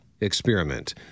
experiment